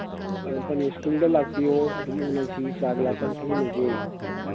ꯐꯅꯤ ꯐꯅꯤ ꯁ꯭ꯀꯨꯜꯗ ꯂꯥꯛꯄꯤꯌꯨ ꯑꯗꯨꯝ ꯎꯅꯁꯤ ꯆꯥ ꯒ꯭ꯂꯥꯁ ꯑꯃ ꯊꯛꯃꯤꯟꯅꯁꯤ